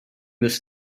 this